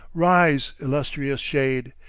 rise, illustrious shade!